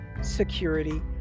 security